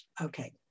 Okay